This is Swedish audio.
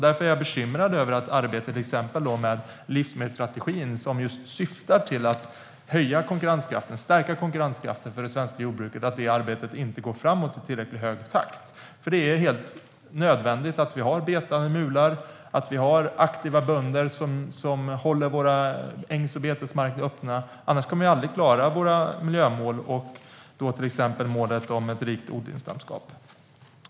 Därför är jag bekymrad över att arbetet med till exempel livsmedelsstrategin som just syftar till att stärka konkurrenskraften för det svenska jordbruket inte går framåt i tillräckligt hög takt. Det är helt nödvändigt att vi har betande mular och aktiva bönder som håller våra ängs och betesmarker öppna. Annars kommer vi aldrig att klara våra miljömål och då till exempel målet om ett rikt odlingslandskap. Fru talman!